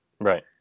Right